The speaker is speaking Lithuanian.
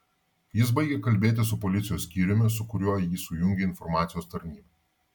jis baigė kalbėti su policijos skyriumi su kuriuo jį sujungė informacijos tarnyba